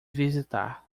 visitar